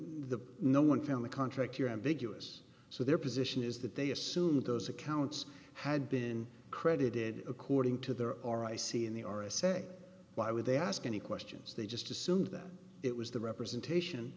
the no one found the contract you're ambiguous so their position is that they assumed those accounts had been credited according to their or i see in the or i say why would they ask any questions they just assumed that it was the representation